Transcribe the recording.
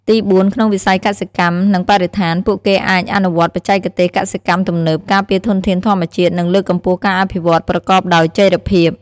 ទីបួន ក្នុងវិស័យកសិកម្ម និងបរិស្ថាន ពួកគេអាចអនុវត្តបច្ចេកទេសកសិកម្មទំនើប ការពារធនធានធម្មជាតិ និងលើកកម្ពស់ការអភិវឌ្ឍន៍ប្រកបដោយចីរភាព។